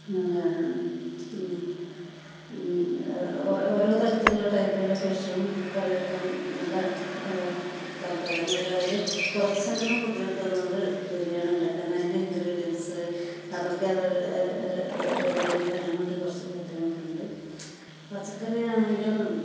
ഓരോ തരത്തിലുള്ള ടൈപ്പിലുള്ള ഫിഷും കറി വെക്കാൻ നല്ല താൽപ്പര്യം അതിൽ കുറച്ചെങ്കിലും ബുദ്ധിമുട്ട് വരുന്നത് ബിരിയാണി ഉണ്ടാക്കാൻ അതിൻ്റെ ഇൻഗ്രീഡിയൻസ് അതൊക്കെ റെ റെഡി ആയിട്ട് വരാനായിട്ട് കുറച്ച് ബുദ്ധിമുട്ടുണ്ട് പച്ചക്കറിയാണെങ്കിൽ